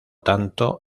tanto